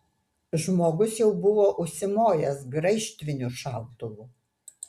žmogus jau buvo užsimojęs graižtviniu šautuvu